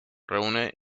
reúne